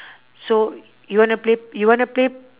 so you want to play you want to play